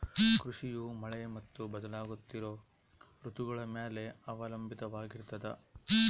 ಕೃಷಿಯು ಮಳೆ ಮತ್ತು ಬದಲಾಗುತ್ತಿರೋ ಋತುಗಳ ಮ್ಯಾಲೆ ಅವಲಂಬಿತವಾಗಿರ್ತದ